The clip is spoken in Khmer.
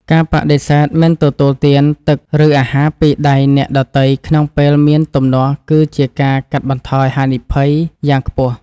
ការបដិសេធមិនទទួលទានទឹកឬអាហារពីដៃអ្នកដទៃក្នុងពេលមានទំនាស់គឺជាការកាត់បន្ថយហានិភ័យយ៉ាងខ្ពស់។